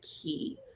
key